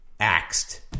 axed